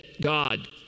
god